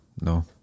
no